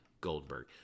Goldberg